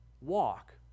Walk